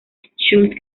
schulz